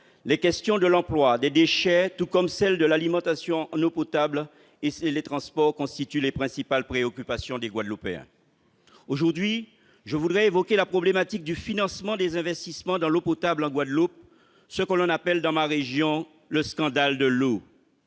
les questions de l'emploi et des déchets, tout comme celles de l'alimentation en eau potable et des transports, constituent les principales préoccupations des Guadeloupéens. Aujourd'hui, je voudrais évoquer la problématique du financement des investissements dans l'eau potable en Guadeloupe, ce que l'on appelle dans ma région « le scandale de l'eau